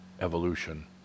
evolution